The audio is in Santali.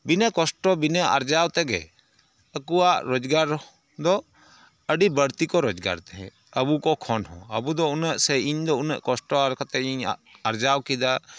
ᱵᱤᱱᱟᱹ ᱠᱚᱥᱴᱚ ᱵᱤᱱᱟᱹ ᱟᱨᱡᱟᱣᱛᱮ ᱜᱮ ᱟᱹᱠᱩᱣᱟᱜ ᱨᱳᱡᱽᱜᱟᱨ ᱫᱚ ᱟᱹᱰᱤ ᱵᱟᱹᱲᱛᱤᱠᱚ ᱨᱚᱡᱽᱜᱟᱨ ᱛᱮᱦᱮᱸᱫ ᱟᱹᱵᱩᱠᱠ ᱠᱷᱚᱱᱦᱚᱸ ᱟᱹᱵᱩᱫᱚ ᱩᱱᱟᱹᱜ ᱥᱮ ᱤᱧᱫᱚ ᱩᱱᱟᱹᱜ ᱠᱚᱥᱴᱚ ᱠᱟᱛᱮᱧ ᱟᱨᱡᱟᱣ ᱠᱮᱫᱟ